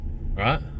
right